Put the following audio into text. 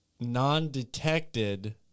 non-detected